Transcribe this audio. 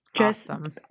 Awesome